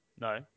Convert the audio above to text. No